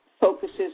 focuses